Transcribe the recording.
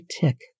tick